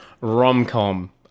rom-com